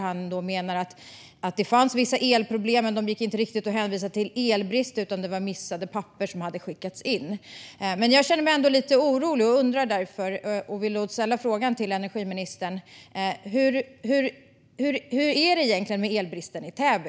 Han menar att det fanns vissa elproblem men att de inte rörde sig om elbrist utan att handlaren missat att skicka in vissa papper. Jag känner mig ändå lite orolig och ställer därför frågan till energiministern: Hur är det egentligen med elbristen i Täby?